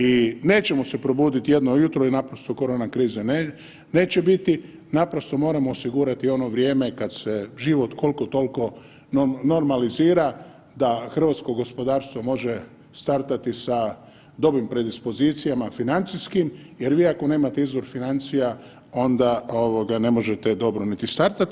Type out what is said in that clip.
I nećemo se probuditi jedno jutro i naprosto korona krize neće biti, naprosto moramo osigurati ono vrijeme kad se život koliko toliko normalizira da hrvatsko gospodarstvo može startati sa dobrim predispozicijama financijskim jer vi ako nemate izvor financija onda ovoga ne možete dobro ni startati.